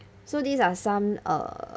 so these are some err